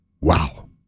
Wow